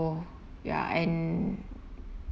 ya and